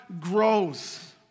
grows